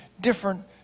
different